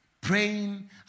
praying